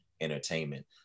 Entertainment